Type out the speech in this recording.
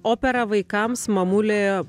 operą vaikams mamulė